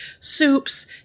soups